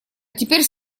теперь